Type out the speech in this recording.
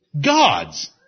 gods